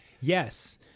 Yes